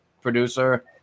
producer